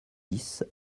dix